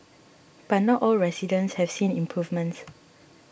but not all residents have seen improvements